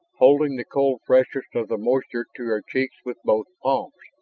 holding the cold freshness of the moisture to her cheeks with both palms.